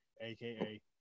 aka